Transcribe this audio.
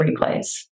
replays